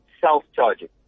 self-charging